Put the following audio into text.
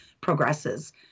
progresses